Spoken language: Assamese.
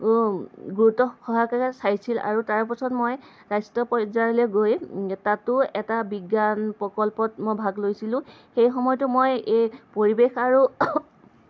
গুৰুত্বসহকাৰে চাইছিল আৰু তাৰ পাছত মই ৰাষ্ট্ৰীয় পৰ্যায়লৈ গৈ তাতো এটা বিজ্ঞান প্ৰকল্পত মই ভাগ লৈছিলোঁ সেই সময়তো মই এই পৰিৱেশ আৰু